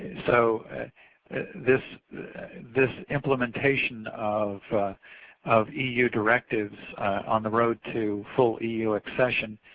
so this this implementation of of eu directives on the road to full eu accession